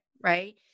right